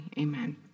amen